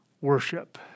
worship